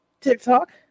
TikTok